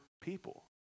people